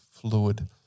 fluid